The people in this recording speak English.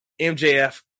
MJF